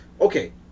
Okay